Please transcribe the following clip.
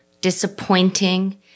disappointing